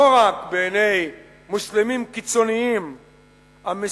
לא רק בעיני מוסלמים קיצונים המסיתים